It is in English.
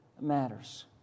matters